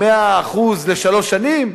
100% לשלוש שנים.